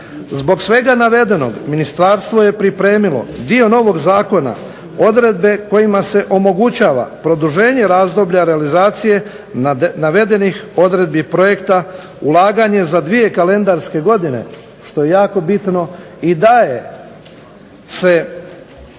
Zbog svega navedenog ministarstvo je pripremilo dio novog zakona, odredbe kojima se omogućava produženje razdoblja realizacije navedenih odredbi projekta ulaganje za dvije kalendarske godine što je jako bitno i daje se,